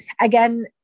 Again